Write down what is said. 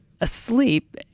asleep